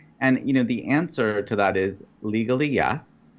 and you know the answer to that is legally, yes.